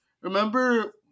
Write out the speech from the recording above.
remember